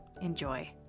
Enjoy